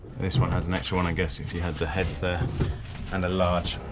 and this one has an extra one, i guess if you have the heads there and a large